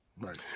right